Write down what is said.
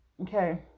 okay